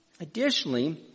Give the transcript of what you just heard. Additionally